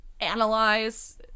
analyze